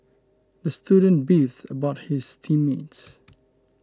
the student beefed about his team mates